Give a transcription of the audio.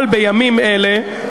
אבל בימים אלה,